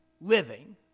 living